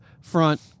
front